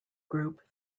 group